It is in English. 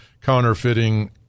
counterfeiting